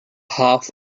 half